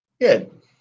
Good